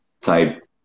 type